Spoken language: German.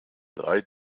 drei